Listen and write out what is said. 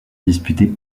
disputé